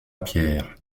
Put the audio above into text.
pierre